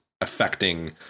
affecting